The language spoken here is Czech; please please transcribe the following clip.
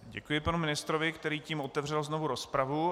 Děkuji panu ministrovi, který tím otevřel znovu rozpravu.